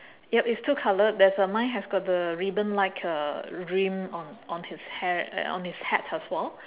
yup it's two colour there's a mine has got the ribbon like uh rim on on his hair on his hat as well